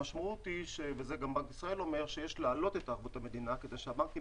המשמעות היא שיש לעלות את ערבות המדינה כדי שהבנקים